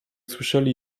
słyszeli